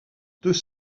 deux